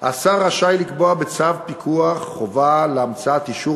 השר רשאי לקבוע בצו פיקוח חובה על המצאת אישור